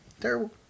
terrible